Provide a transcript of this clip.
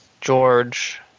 George